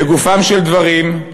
"לגופם של דברים,